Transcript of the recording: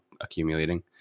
accumulating